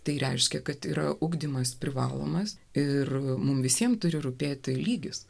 tai reiškia kad yra ugdymas privalomas ir mums visiems turi rūpėti lygis